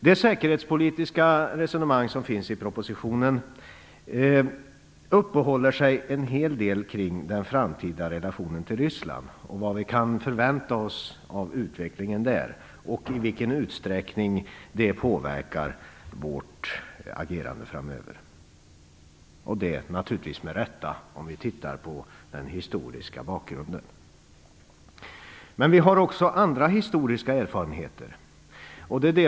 Det säkerhetspolitiska resonemang som finns i propositionen uppehåller sig en hel del kring den framtida relationen till Ryssland, vad vi kan förvänta oss av utvecklingen där och i vilken utsträckning det påverkar vårt agerande framöver. Det sker naturligtvis med rätta om vi tittar på den historiska bakgrunden. Men vi har också andra historiska erfarenheter.